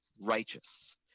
righteous